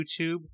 YouTube